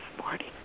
morning